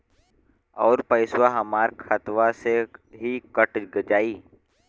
अउर पइसवा हमरा खतवे से ही कट जाई?